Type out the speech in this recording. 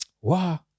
Wow